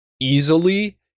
easily